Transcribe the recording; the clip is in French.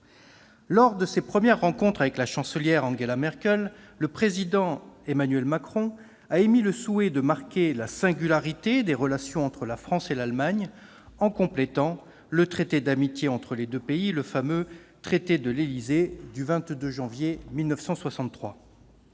l'une de ses premières rencontres avec la Chancelière Angela Merkel, le président Emmanuel Macron a émis le souhait de marquer la singularité des relations entre la France et l'Allemagne en complétant le traité d'amitié entre les deux pays, le fameux traité de l'Élysée du 22 janvier 1963.